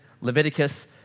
Leviticus